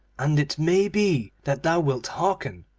and it may be that thou wilt hearken.